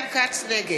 נגד ישראל כץ, נגד